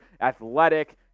athletic